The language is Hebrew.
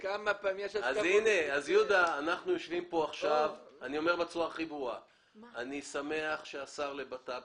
אנחנו יושבים כאן עכשיו ואני אומר בצורה הכי ברורה שהשר לביטחון פנים